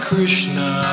Krishna